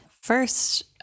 First